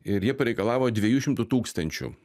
ir jie pareikalavo dviejų šimtų tūkstančių